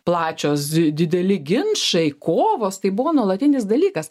plačios dideli ginčai kovos tai buvo nuolatinis dalykas